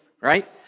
right